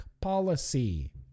policy